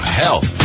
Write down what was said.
health